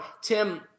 Tim